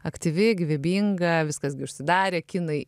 aktyvi gyvybinga viskas gi užsidarė kinai